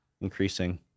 increasing